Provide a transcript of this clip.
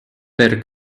per